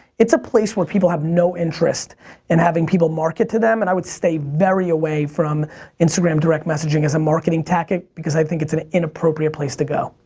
it's a place where people have no interest in having people market to them, and i would stay very away from instagram direct messaging as a marketing tactic, because i think it's an inappropriate place to go.